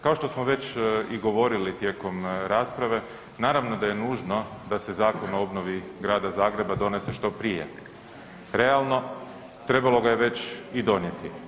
Kao što smo već i govorili tijekom rasprave, naravno da je nužno da se Zakon o obnovi Grada Zagreba donese što prije, realno trebalo ga je već i donijeti.